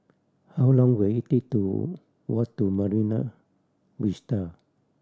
how long will it take to walk to Marine Vista